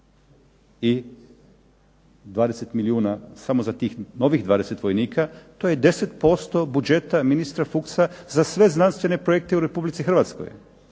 i 20 milijuna samo za tih 20 vojnika to je 10% budžeta ministra Fuchsa za sve znanstvene projekte u Republici Hrvatskoj.